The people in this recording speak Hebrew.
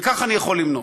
וכך, אני יכול למנות.